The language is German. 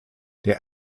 der